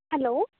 hello